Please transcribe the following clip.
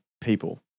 people